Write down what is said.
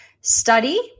Study